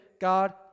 God